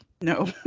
No